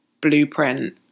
blueprint